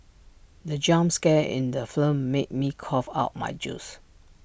the jump scare in the film made me cough out my juice